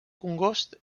congost